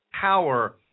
Power